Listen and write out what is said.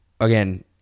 again